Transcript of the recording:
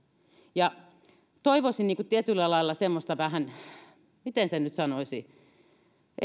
ja toivoisin tietyllä lailla semmoista miten sen nyt sanoisi